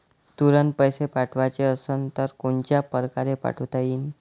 तुरंत पैसे पाठवाचे असन तर कोनच्या परकारे पाठोता येईन?